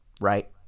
right